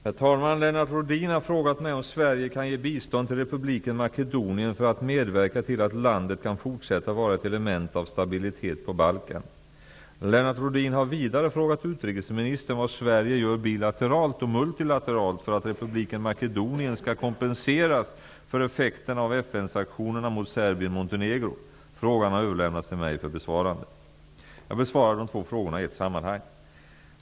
Herr talman! Lennart Rohdin har frågat mig om Sverige kan ge bistånd till republiken Makedonien för att medverka till att landet kan fortsätta vara ett element av stabilitet på Balkan. Lennart Rohdin har vidare frågat utrikesministern vad Sverige gör bilateralt och multilateralt för att republiken Makedonien skall kompenseras för effekterna av FN-sanktionerna mot Serbien-- Montenegro. Frågan har överlämnats till mig för besvarande. Jag besvarar de två frågorna i ett sammanhang.